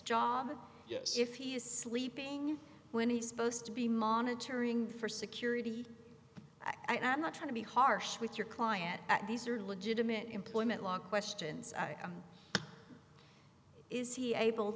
yes if he is sleeping when he supposed to be monitoring for security i am not trying to be harsh with your client at these are legitimate employment law questions i am is he a